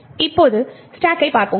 இப்போது ஸ்டாக்கைப் பார்ப்போம்